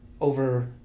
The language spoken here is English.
over